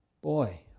Boy